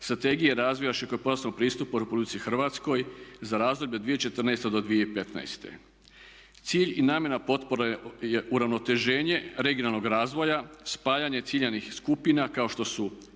strategije razvoja širokopojasnog pristupa u RH za razdoblje od 2014.do 2015. Cilj i namjera potpore je uravnoteženje regionalnog razvoja, spajanje ciljanih skupina kao što su